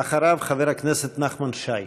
אחריו, חבר הכנסת נחמן שי.